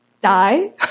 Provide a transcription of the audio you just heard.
die